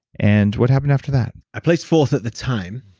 and what happened after that? i placed fourth at the time,